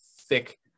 thick